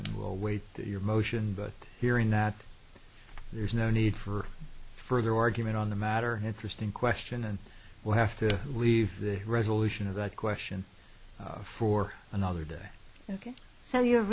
and will await your motion but hearing that there is no need for further argument on the matter interesting question and we'll have to leave the resolution of that question for another day ok so you